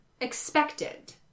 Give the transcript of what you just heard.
expected